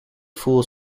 full